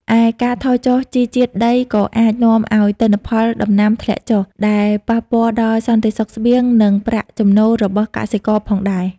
ឯការថយចុះជីជាតិដីក៏អាចនាំឱ្យទិន្នផលដំណាំធ្លាក់ចុះ ដែលប៉ះពាល់ដល់សន្តិសុខស្បៀង និងប្រាក់ចំណូលរបស់កសិករផងដែរ។